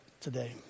today